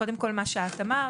קודם כל מה שאת אמרת,